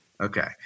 Okay